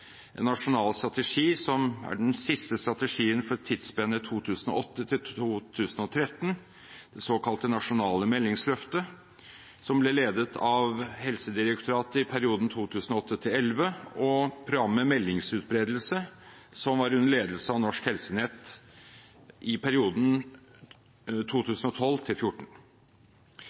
en nasjonal strategi som er den siste strategien for tidsspennet 2008–2013, det såkalte nasjonale meldingsløftet, som ble ledet av Helsedirektoratet i perioden 2008–2011, og programmet Meldingsutbredelse, som var under ledelse av Norsk Helsenett i perioden